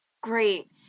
Great